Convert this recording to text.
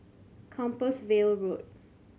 Compassvale Road